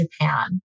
Japan